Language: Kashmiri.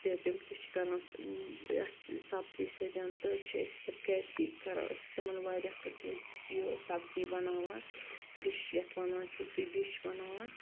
تِم تہِ چھِ کَران أتھۍ سبزی سۭتۍ تہٕ چھِ أسۍ پَتہٕ گَرِچی کَران أسۍ تِمن واریاہ قٕسمٕچ یہِ سبزی بناوان ڈِش یَتھ ونان چھُو تُہۍ ڈِش بناوان